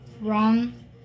Wrong